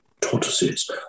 Tortoises